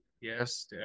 Yes